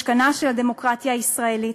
משכנה של הדמוקרטיה הישראלית.